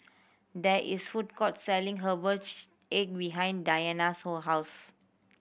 there is food court selling herbal egg behind Dianna's house